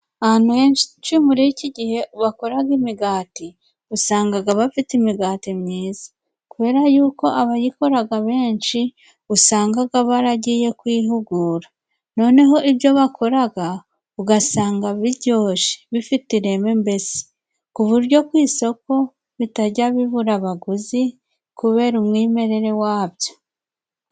Ahantu henshi muri iki gihe bakoraga imigati usangaga aba bafite imigati myiza kubera yuko abayikoraga benshi usangaga baragiye kwihugura noneho ibyo bakoraga ugasanga biryoshye bifite ireme mbese ku buryo ku isoko bitajya bibura abaguzi kubera umwimerere wabyo.